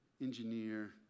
engineer